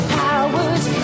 powers